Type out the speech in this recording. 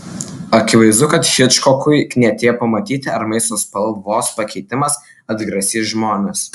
akivaizdu kad hičkokui knietėjo pamatyti ar maisto spalvos pakeitimas atgrasys žmones